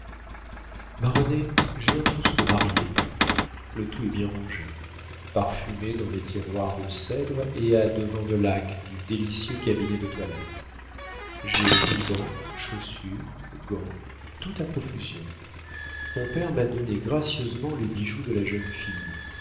ma renée j'ai un trousseau de mariée le tout est bien rangé parfumé dans les tiroirs de cèdre et à devant de laque du délicieux cabinet de toilette j'ai rubans chaussures gants tout en profusion mon père m'a donné gracieusement les bijoux de la jeune fille